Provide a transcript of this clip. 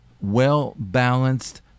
well-balanced